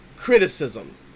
criticism